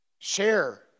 Share